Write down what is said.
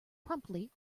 promptly